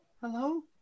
hello